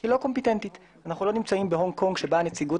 אנחנו לא נמצאים בהונג קונג שבה הנציגות